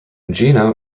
gino